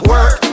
Work